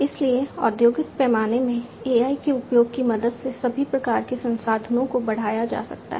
इसलिए औद्योगिक पैमाने में AI के उपयोग की मदद से सभी प्रकार के संसाधनों को बढ़ाया जा सकता है